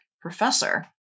professor